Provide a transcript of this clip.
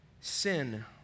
sin